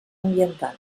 ambiental